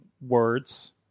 words